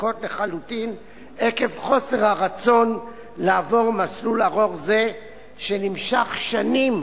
מוצדקות לחלוטין עקב חוסר הרצון לעבור מסלול ארוך זה שנמשך שנים